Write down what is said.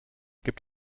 gibt